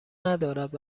ندارد